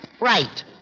Right